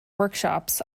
workshops